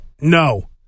No